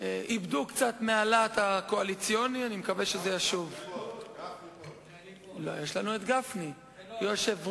את השם של מפקדי יוסי פלד,